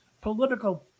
political